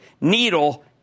needle